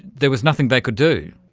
there was nothing they could do.